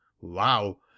wow